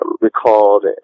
recalled